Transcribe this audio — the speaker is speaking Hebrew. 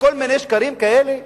וכל מיני שקרים כאלה?